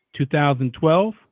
2012